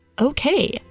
Okay